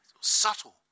Subtle